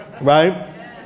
right